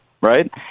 Right